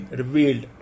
revealed